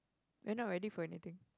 you're not ready for anything